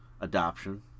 adoption